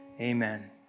Amen